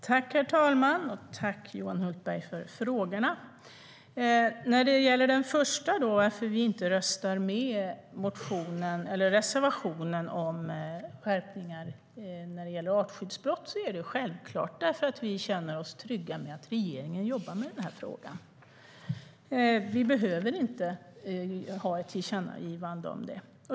Herr talman! Tack, Johan Hultberg, för frågorna! På den första frågan, varför vi inte röstar med reservationen om skärpningar när det gäller artskyddsbrott, är svaret självklart att det är för att vi känner oss trygga med att regeringen jobbar med den här frågan. Vi behöver inte ha ett tillkännagivande om det.